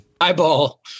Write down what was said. Eyeball